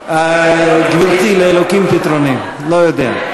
גברתי, לאלוקים פתרונים, לא יודע.